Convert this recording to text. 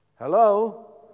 Hello